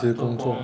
一直工作